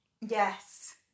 Yes